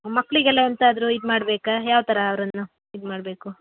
ಮಕ್ಕಳಿಗೆಲ್ಲ ಎಂತಾದರೂ ಇದು ಮಾಡಬೇಕಾ ಯಾವ ಥರ ಅವರನ್ನು ಇದು ಮಾಡಬೇಕು